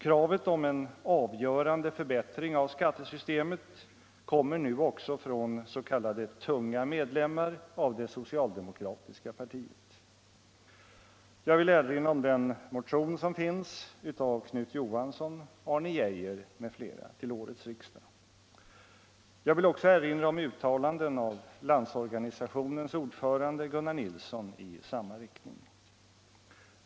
Kravet på en avgörande förbättring av skattesystemet kommer nu också från s.k. tunga medlemmar av det socialdemokratiska partiet. Jag vill erinra om motionen av Knut Johansson, Arne Geijer m.fl. till årets riksdag. Jag vill också erinra om uttalanden av Landsorganisationens ordförande Gunnar Nilsson i samma riktning.